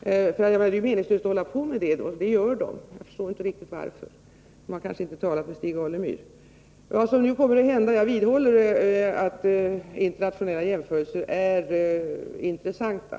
Det skulle ju då vara meningslöst för UNESCO att hålla på med detta. Men man gör faktiskt sådana jämförelser; jag förstår inte riktigt varför — man har kanske inte talat med Stig Alemyr. Jag vidhåller emellertid att internationella jämförelser är intressanta.